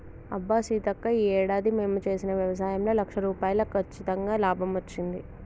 అబ్బా సీతక్క ఈ ఏడాది మేము చేసిన వ్యవసాయంలో లక్ష రూపాయలు కచ్చితంగా లాభం వచ్చింది